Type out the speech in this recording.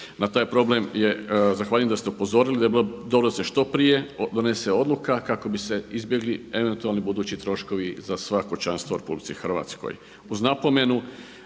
na taj problem je, zahvaljujem da ste upozorili da bi bilo dobro da se što prije donese odluka kako bi se izbjegli eventualni budući troškovi za sva kućanstva u RH.